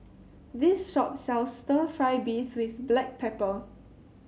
this shop sells stir fry beef with Black Pepper